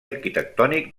arquitectònic